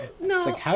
No